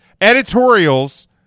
Editorials